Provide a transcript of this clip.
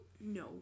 no